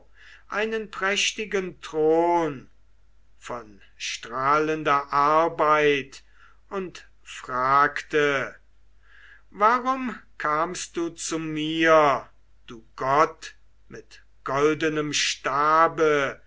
einen prächtigen thron von strahlender arbeit und fragte warum kamst du zu mir du gott mit goldenem stabe